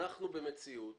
אנחנו במציאות